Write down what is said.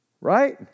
Right